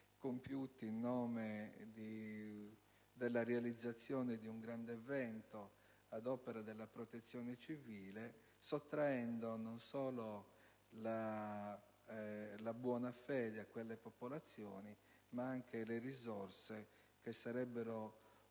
compiuti in nome della realizzazione di un grande evento ad opera della Protezione civile, carpendo la buona fede di quelle popolazioni e sottraendo le risorse che avrebbero dovuto